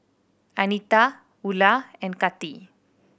Anita Ula and Kati